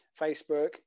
Facebook